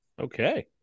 Okay